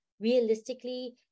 realistically